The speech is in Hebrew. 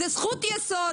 זו זכות יסוד.